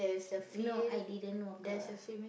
no I didn't walk ah